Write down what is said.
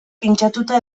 pintxatuta